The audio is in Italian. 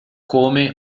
come